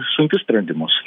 sunkius sprendimus